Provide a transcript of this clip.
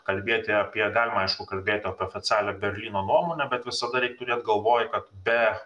kalbėti apie galima aišku kalbėt apie oficialią berlyno nuomonę bet visada reik turėti galvoj kad be